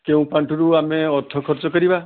କେଉଁ ପାଣ୍ଠିରୁ ଆମେ ଅର୍ଥ ଖର୍ଚ୍ଚ କରିବା